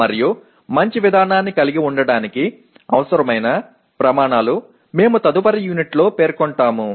మరియు మంచి విధానాన్ని కలిగి ఉండటానికి అవసరమైన ప్రమాణాలు మేము తదుపరి యూనిట్లో పేర్కొంటాము